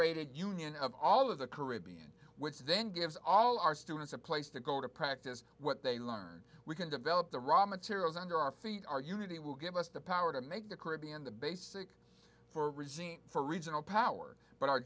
federated union of all of the caribbean which then gives all our students a place to go to practice what they learn we can develop the raw materials under our feet our unity will give us the power to make the caribbean the basic for regime for regional power but our